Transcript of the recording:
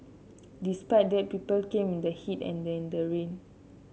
despite that people came in the heat and in the rain